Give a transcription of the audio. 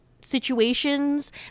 situations